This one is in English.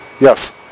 Yes